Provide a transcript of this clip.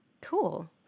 Cool